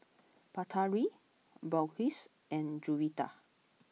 Batari Balqis and Juwita